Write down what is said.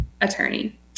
attorney